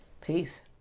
Peace